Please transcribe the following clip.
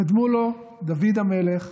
קדמו לו דוד המלך,